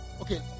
okay